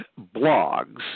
blogs